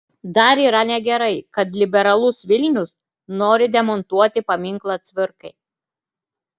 dar yra negerai kad liberalus vilnius nori demontuoti paminklą cvirkai